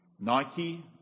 Nike